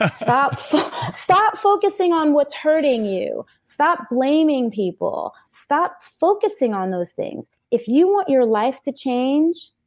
ah stop stop focusing on what's hurting you. stop blaming people stop focusing on those things. if you want your life to change,